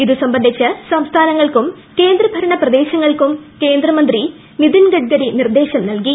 ഇതുസംബന്ധിച്ച് സംസ്ഥാനങ്ങൾക്കും കേന്ദ്രഭരണ പ്രദേശങ്ങൾക്കും കേന്ദ്രമന്ത്രി നിതിൻ ഗഡ്ഗരി നിർദ്ദേശം നൽകി